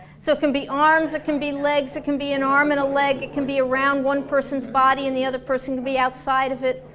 so it can be arms, it can be legs, it can be an arm and a leg, it can be around one person's body and the other person can be outside of it